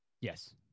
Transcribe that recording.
Yes